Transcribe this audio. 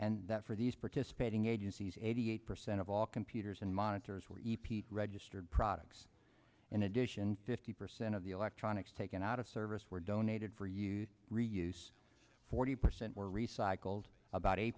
and that for these participating agencies eighty eight percent of all computers and monitors were repeat registered products in addition fifty percent of the electronics taken out of service were donated for use reuse forty percent were recycle old about eight